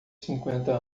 cinquenta